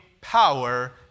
power